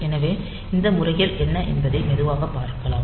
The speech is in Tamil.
எனவே இந்த முறைகள் என்ன என்பதை மெதுவாக பார்ப்போம்